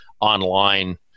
online